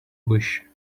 wish